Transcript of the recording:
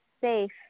safe